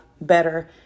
better